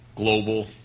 global